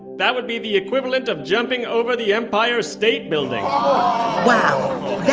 that would be the equivalent of jumping over the empire state building wow. yeah